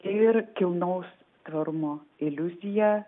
ir kilnaus tvarumo iliuzija